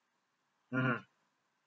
mmhmm